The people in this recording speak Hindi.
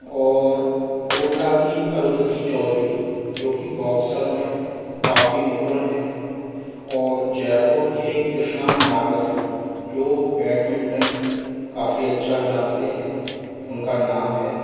और कोटा की अरुंधति चौधरी जोकि बॉक्सर में काफी निपुण है और जयपुर के कृष्णा नागर जो बैडमिंटन काफी अच्छा जानते हैं उनका नाम है